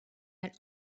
had